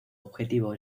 objetivo